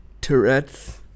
Tourette's